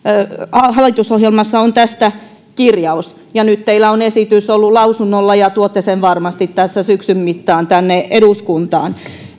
hallitusohjelmassanne on tästä kirjaus ja nyt teillä on esitys ollut lausunnolla ja tuotte sen varmasti tässä syksyn mittaan tänne eduskuntaan